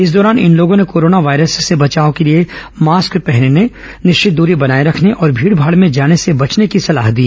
इस दौरान इन लोगों ने कोरोना वायरस से बचाव के लिए मास्क पहनने निश्चित दूरी बनाए रखने और भीड भाड़ में जाने से बचने की सलाह दी